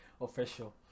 Official